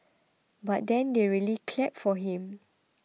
but then they really clapped for him